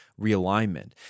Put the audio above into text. realignment